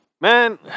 man